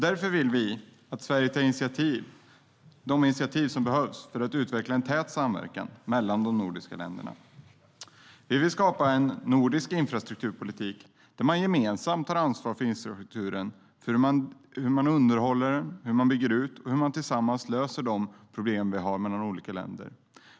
Därför vill vi att Sverige tar de initiativ som behövs för att utveckla en tät samverkan mellan de nordiska länderna. Vi vill skapa en nordisk infrastrukturpolitik, där man gemensamt tar ansvar för hur man underhåller och bygger ut infrastrukturen och hur man tillsammans löser de problem vi har mellan olika länder.